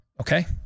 Okay